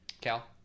Cal